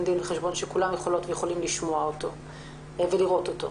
דין וחשבון שכולם יכולים לשמוע ולראות אותו.